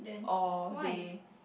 or they